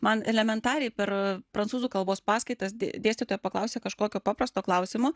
man elementariai per prancūzų kalbos paskaitas dėstytoja paklausia kažkokio paprasto klausimo